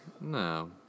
No